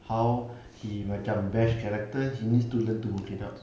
how he macam best character he needs to learn to work it out